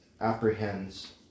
apprehends